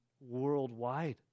worldwide